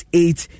eight